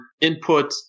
input